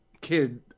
kid